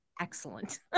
excellent